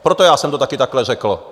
Proto já jsem to taky takhle řekl.